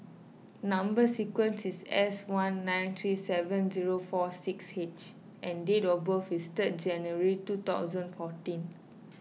Number Sequence is S one nine three seven zero four six H and date of birth is third January two thousand fourteen